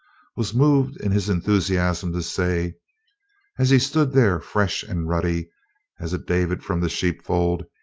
was moved in his enthusiasm to say as he stood there, fresh and ruddy as a david from the sheepfold,